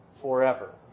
forever